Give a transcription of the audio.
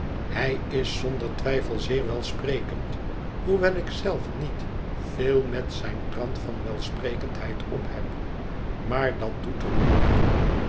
hij is zonder twijfel zeer welsprekend hoewel ik zelf niet veel met zijn trant van welsprekendheid opheb maar dat doet er nu niet toe